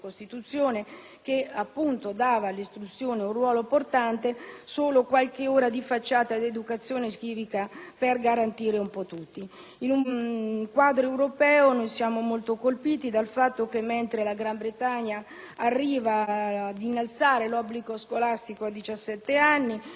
che dava all'istruzione un ruolo portante, assegnare solo qualche ora di facciata all'educazione civica, per garantire un po' tutti. Rispetto al quadro europeo, siamo molto colpiti dal fatto che, mentre la Gran Bretagna arriva ad innalzare l'obbligo scolastico a 17 anni, noi ci allontaniamo